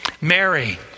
Mary